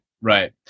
right